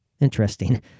Interesting